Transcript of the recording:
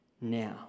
now